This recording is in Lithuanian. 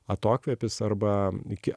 atokvėpis arba iki